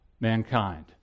mankind